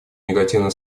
негативно